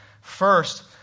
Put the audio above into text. First